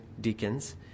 deacons